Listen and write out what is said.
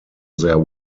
there